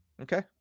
Okay